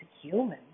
human